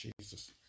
Jesus